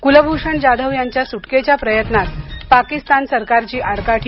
कुलभूषण जाधव यांच्या सुटकेच्या प्रयत्नांत पाकिस्तान सरकार आडकाठी